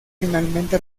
finalmente